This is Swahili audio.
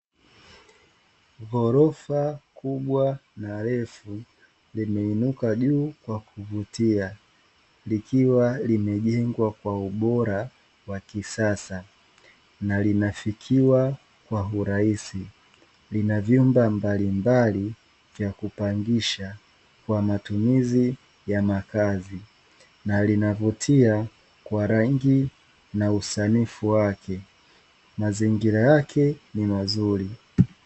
Ghorofa kubwa na refu, limeinuka juu kwa kuvutia likiwa limejengwa kwa ubora wa kisasa, na linafikiwa kwa urahisi lina vyumba mbalimbali vya kupangisha kwa matumizi ya makazi na linavyotia kwa rangi na usanifu wake mazingira yake ni mazuri.